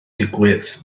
digwydd